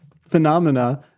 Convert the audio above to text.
phenomena